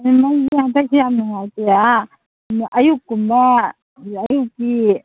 ꯃꯩꯁꯦ ꯍꯟꯗꯛꯇꯤ ꯌꯥꯝ ꯅꯨꯡꯉꯥꯏꯇꯦ ꯑꯥ ꯑꯌꯨꯛꯀꯨꯝꯕ ꯑꯌꯨꯛꯀꯤ